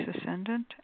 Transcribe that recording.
ascendant